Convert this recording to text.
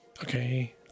Okay